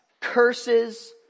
curses